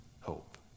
hope